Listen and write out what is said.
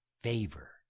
favor